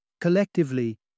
Collectively